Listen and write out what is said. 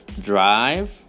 drive